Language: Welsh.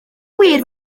gwir